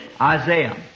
Isaiah